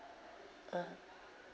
uh